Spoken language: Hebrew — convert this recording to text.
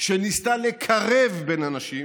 שניסתה לקרב בין אנשים